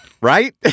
right